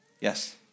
Yes